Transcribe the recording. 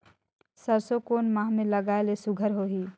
सरसो कोन माह मे लगाय ले सुघ्घर होही?